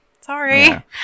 sorry